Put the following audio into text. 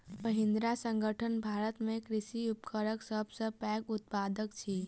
महिंद्रा संगठन भारत में कृषि उपकरणक सब सॅ पैघ उत्पादक अछि